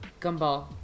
Gumball